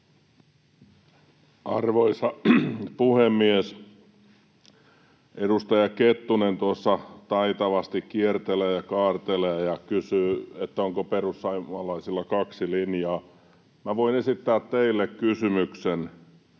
Arvoisa puhemies! Edustaja Kettunen tuossa taitavasti kiertelee ja kaartelee ja kysyy, onko perussuomalaisilla kaksi linjaa. Minä voin esittää teille kysymyksen.